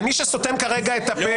מי שסותם כרגע את הפה --- לא,